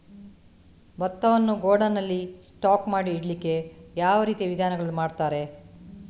ಭತ್ತವನ್ನು ಗೋಡೌನ್ ನಲ್ಲಿ ಸ್ಟಾಕ್ ಮಾಡಿ ಇಡ್ಲಿಕ್ಕೆ ಯಾವ ರೀತಿಯ ವಿಧಾನಗಳನ್ನು ಮಾಡ್ತಾರೆ?